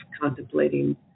contemplating